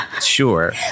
sure